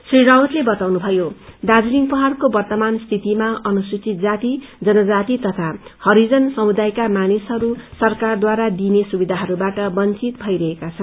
श्री राउतले बताउनुथयो दार्जीलिङ पहाङको वर्तमान रियतिमा अनुसूचित जाति जनजाति तथा इरिजन समुदायका मानिसहरू सरकारद्वारा दिइने सुविधाइरूबाट वंचित भइरहेका छन्